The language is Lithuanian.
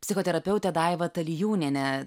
psichoterapeutė daiva talijūnienė